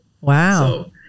wow